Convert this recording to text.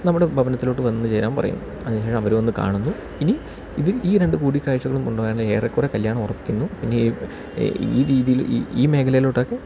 നമ്മുടെ ഭവനത്തിലോട്ട് വന്നു ചേരാൻ പറയും അതിന് ശേഷം അവര് വന്ന് കാണുന്നു ഇനി ഇത് ഈ രണ്ട് കൂടിക്കാഴ്ചകളും കൊണ്ടുതന്നെ ഏറെക്കുറെ കല്യാണം ഉറയ്ക്കുന്നു ഇനി ഈ രീതിയില് ഈ മേഖലയിലോട്ടൊക്കെ